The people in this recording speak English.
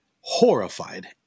horrified